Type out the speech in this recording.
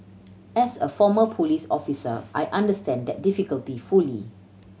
as a former police officer I understand that difficulty fully